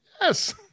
Yes